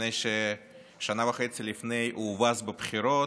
מפני ששנה וחצי לפני הוא הובס בבחירות,